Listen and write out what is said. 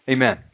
Amen